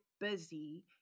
busy